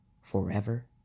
forever